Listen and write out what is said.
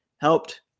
helped